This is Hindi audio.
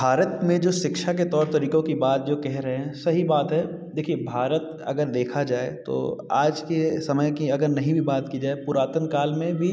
भारत में जो शिक्षा के तौर तरीकों की जो बात कह रहे हैं सही बात है देखिए भारत अगर देखा जाय तो आज के समय की अगर नहीं भी बात की जाये पुरातन काल में भी